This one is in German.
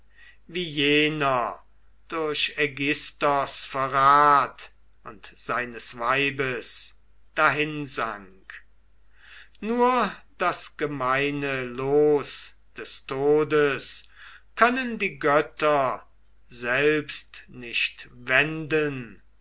wie jener durch aigisthos verrat und seines weibes dahinsank nur das gemeine los des todes können die götter selbst nicht wenden